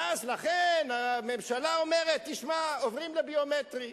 ואז הממשלה אומרת: עוברים לביומטרי.